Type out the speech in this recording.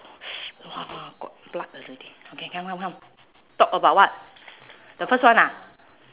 !wah! got blood already okay come come come talk about what the first one ah